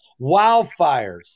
Wildfires